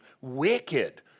wicked